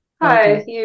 Hi